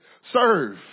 Serve